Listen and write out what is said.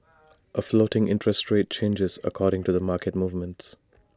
A floating interest rate changes according to market movements